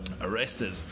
arrested